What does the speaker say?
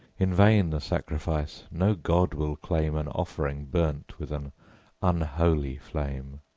in vain the sacrifice no god will claim an offering burnt with an unholy flame.